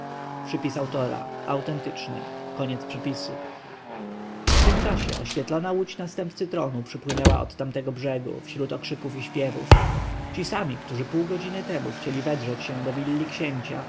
i na wieki utrwalasz świątynie w tym czasie oświetlona łódź następcy tronu przypłynęła od tamtego brzegu wśród okrzyków i śpiewów ci sami którzy pół godziny temu chcieli wedrzeć się do willi księcia